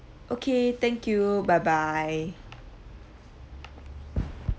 okay thank you bye bye